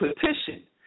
petition